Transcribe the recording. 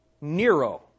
Nero